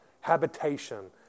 habitation